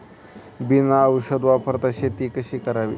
बिना औषध वापरता शेती कशी करावी?